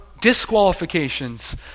disqualifications